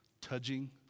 touching